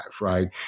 Right